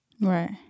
Right